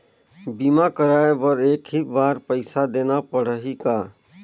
बीमा कराय बर एक ही बार पईसा देना पड़ही का?